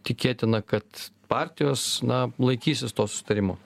tikėtina kad partijos na laikysis to susitarimo